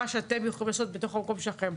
מה שאתם יכולים לעשות בתוך המקום שלכם,